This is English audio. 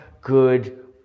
good